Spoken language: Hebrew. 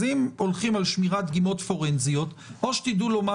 אז אם הולכים על שמירת דגימות פורנזיות או שתדעו לומר